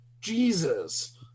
Jesus